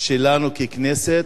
שלנו ככנסת.